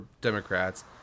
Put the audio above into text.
Democrats